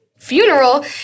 Funeral